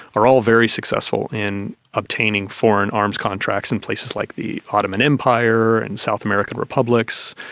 are all very successful in obtaining foreign arms contracts in places like the ottoman empire and south american republics,